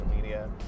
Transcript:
media